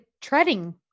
treading